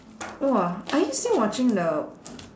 !wah! are you still watching the